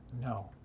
no